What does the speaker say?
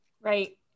Right